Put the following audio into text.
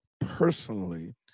personally